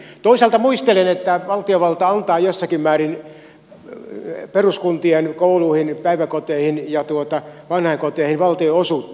toisaalta muistelen että valtiovalta antaa jossakin määrin peruskuntien kouluihin päiväkoteihin ja vanhainkoteihin valtionosuutta